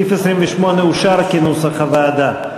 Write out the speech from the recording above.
סעיף 28 אושר כנוסח הוועדה.